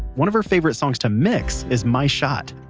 one of her favorite songs to mix is my shot.